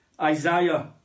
Isaiah